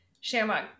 Shamrock